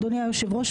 אדוני היושב-ראש,